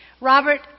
Robert